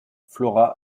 flora